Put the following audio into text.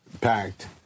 packed